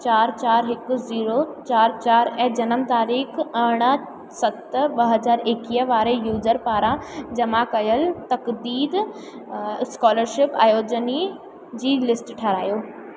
चारि चारि हिकु जीरो चारि चारि ऐं जनम तारीख़ अरिड़हं सत ॿ हज़ार एकवीह वारे यूज़र पारां जमा कयल तकदीद स्कोलरशिप आयोजनी जी लिस्ट ठहाराइयो